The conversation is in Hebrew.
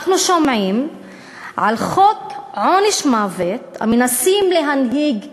אנחנו שומעים על חוק עונש מוות שמנסים להנהיג כאן,